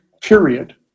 period